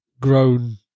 grown